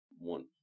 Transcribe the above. One